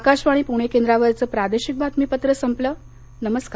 आकाशवाणी पुणे केंद्रावरचं प्रादेशिक बातमीपत्र संपलं नमस्कार